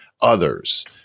others